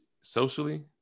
socially